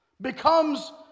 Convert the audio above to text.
becomes